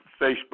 Facebook